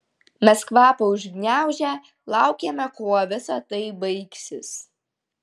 mes kvapą užgniaužę laukėme kuo visa tai baigsis